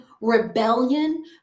rebellion